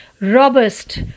robust